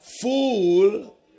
fool